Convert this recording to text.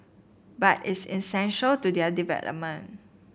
but it's essential to their development